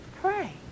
Pray